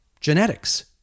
genetics